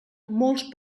molt